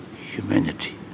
humanity